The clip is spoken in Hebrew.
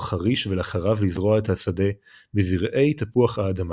חריש ולאחריו לזרוע את השדה בזרעי תפוח האדמה.